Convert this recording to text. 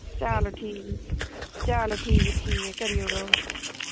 चलो ठीक ऐ चलो ठीक ऐ ठीक ऐ करी ओड़ो